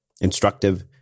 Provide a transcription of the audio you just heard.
instructive